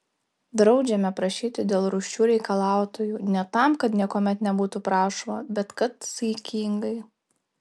draudžiame prašyti dėl rūsčių reikalautojų ne tam kad niekuomet nebūtų prašoma bet kad saikingai